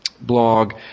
blog